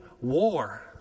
war